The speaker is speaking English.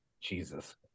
Jesus